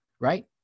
right